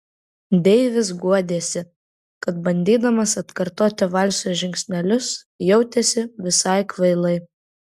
deivis guodėsi kad bandydamas atkartoti valso žingsnelius jautėsi visai kvailai